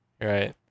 right